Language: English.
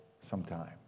sometime